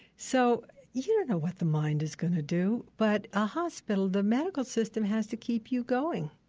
so you don't know what the mind is going to do. but a hospital, the medical system has to keep you going,